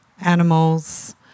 animals